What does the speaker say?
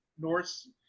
Norse